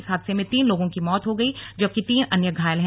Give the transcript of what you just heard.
इस हादसे में तीन लोगों की मौत हो गई जबकि तीन अन्य घायल हैं